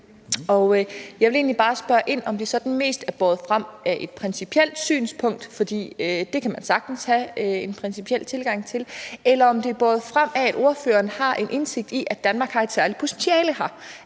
Jeg vil bare spørge ind til, om det sådan mest er båret frem af et principielt synspunkt, for det kan man sagtens have en principiel tilgang til, eller om det er båret frem af, at ordføreren har en indsigt i, at Danmark har et særligt potentiale her,